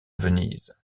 venise